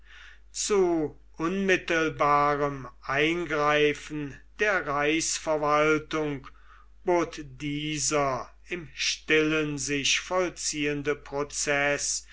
zu unmittelbarem eingreifen der reichsverwaltung bot dieser im stillen sich vollziehende prozeß